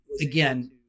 again